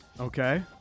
Okay